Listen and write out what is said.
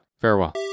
farewell